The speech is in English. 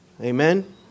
Amen